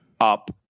Up